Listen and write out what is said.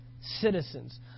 citizens